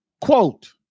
Quote